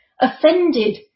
offended